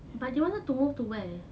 but they wanted to move to where